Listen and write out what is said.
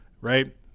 right